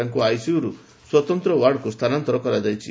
ତାଙ୍କୁ ଆଇସିୟୁରୁ ସ୍ୱତନ୍ତ ଓ୍ୱାର୍ଡ଼କୁ ସ୍ଥାନାନ୍ତର କରାଯାଇଛି